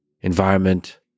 environment